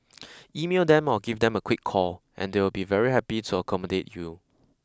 email them or give them a quick call and they will be very happy to accommodate you